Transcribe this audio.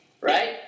Right